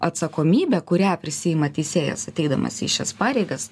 atsakomybę kurią prisiima teisėjas ateidamas į šias pareigas